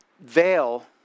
veil